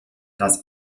dass